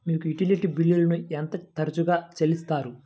మీరు యుటిలిటీ బిల్లులను ఎంత తరచుగా చెల్లిస్తారు?